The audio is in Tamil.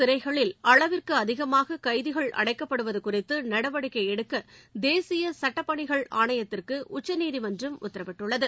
சிறைகளில் அளவிற்கு அதிகமாக கைதிகள் அடைக்கப்படுவது குறித்து நடவடிக்கை எடுக்க தேசிய சுட்ட பணிகள் ஆணையத்திற்கு உச்சநீதிமன்றம் உத்தரவிட்டுள்ளது